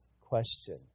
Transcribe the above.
question